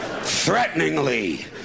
Threateningly